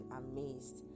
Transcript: amazed